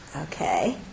Okay